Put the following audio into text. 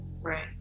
Right